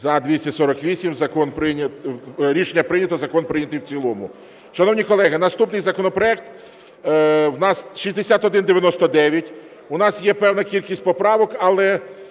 За-248 Рішення прийнято. Закон прийнято в цілому. Шановні колеги, наступний законопроект у нас 6199. У нас є певна кількість поправок, але